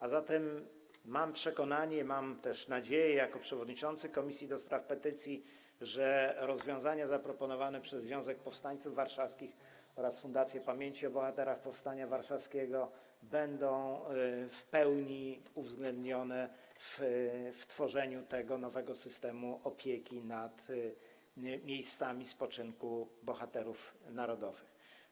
A zatem mam przekonanie, mam też jako przewodniczący Komisji do Spraw Petycji nadzieję, że rozwiązania zaproponowane przez Związek Powstańców Warszawskich oraz Fundację Pamięci o Bohaterach Powstania Warszawskiego będą w pełni uwzględnione przy tworzeniu tego nowego systemu opieki nad miejscami spoczynku bohaterów narodowych.